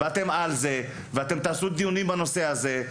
ושאתם על זה ושאתם תעשו דיונים בנושא הזה,